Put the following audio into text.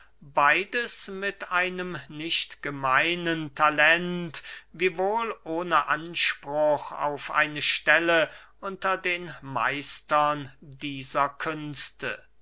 beides mit einem nicht gemeinen talent wiewohl ohne anspruch auf eine stelle unter den meistern dieser künste